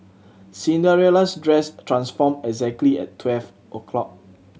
Cinderella's dress transformed exactly at twelve o'clock